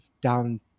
down